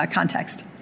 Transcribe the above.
context